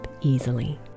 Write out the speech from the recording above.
easily